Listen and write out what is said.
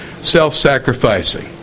self-sacrificing